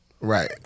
Right